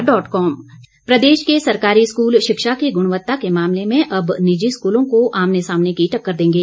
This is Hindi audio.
सुरेश भारद्वाज प्रदेश के सरकारी स्कूल शिक्षा की गुणवत्ता के मामले में अब निजी स्कूलों को आमने सामने की टक्कर देंगे